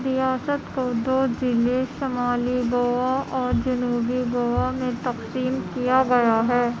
ریاست کو دو ضلعے شمالی گوا اور جنوبی گوا میں تقسیم کیا گیا ہے